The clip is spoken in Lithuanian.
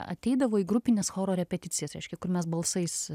ateidavo į grupines choro repeticijas reiškia kur mes balsais